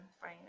fine